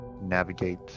navigate